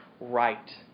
right